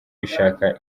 ishaka